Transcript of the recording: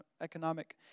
economic